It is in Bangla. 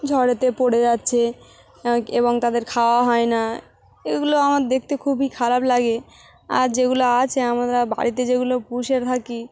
ঝড়েতে পড়ে যাচ্ছে এবং তাদের খাওয়া হয় না এগুলো আমার দেখতে খুবই খারাপ লাগে আর যেগুলো আছে আমরা বাড়িতে যেগুলো পুষে থাকি